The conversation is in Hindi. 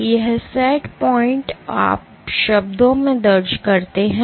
और यह सेट पॉइंट आप शब्दों में दर्ज करते हैं